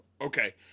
Okay